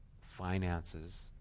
finances